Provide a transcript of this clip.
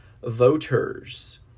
voters